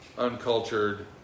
uncultured